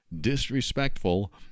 disrespectful